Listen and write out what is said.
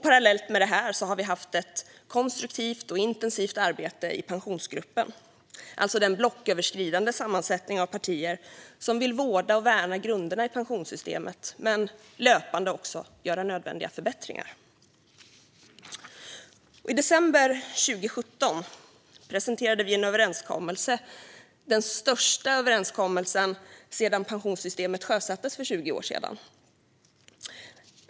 Parallellt med detta har vi haft ett konstruktivt och intensivt arbete i Pensionsgruppen, alltså den blocköverskridande sammansättning av partier som vill vårda och värna grunderna i pensionssystemet men också löpande göra nödvändiga förbättringar. I december 2017 presenterade vi en överenskommelse, den största överenskommelsen sedan pensionssystemet sjösattes för 20 år sedan.